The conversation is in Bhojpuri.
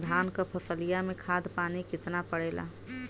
धान क फसलिया मे खाद पानी कितना पड़े ला?